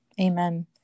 Amen